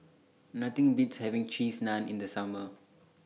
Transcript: Nothing Beats having Cheese Naan in The Summer